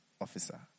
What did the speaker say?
officer